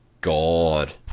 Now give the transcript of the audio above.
god